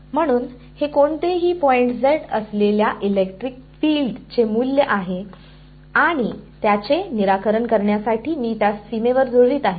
म्हणून हे कोणतेही पॉईंट z असलेल्या इलेक्ट्रिक फील्डचे मूल्य आहे आणि त्याचे निराकरण करण्यासाठी मी त्यास सीमेवर जुळवित आहे